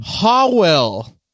Howell